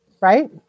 Right